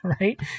right